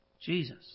Jesus